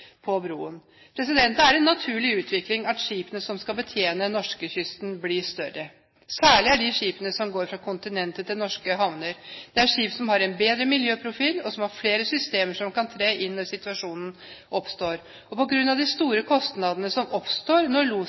på broen. Det er en naturlig utvikling at skipene som skal betjene norskekysten, blir større – særlig de skipene som går fra kontinentet og til norske havner. Det er skip som har en bedre miljøprofil, og som har flere systemer som kan tre inn når en situasjon oppstår. På grunn av de store kostnadene som oppstår når